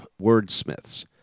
wordsmiths